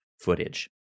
footage